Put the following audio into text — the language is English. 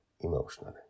emotionally